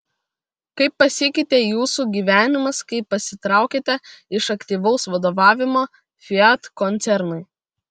kaip pasikeitė jūsų gyvenimas kai pasitraukėte iš aktyvaus vadovavimo fiat koncernui